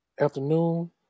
afternoon